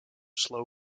slow